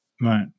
Right